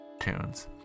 tunes